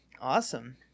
Awesome